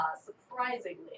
surprisingly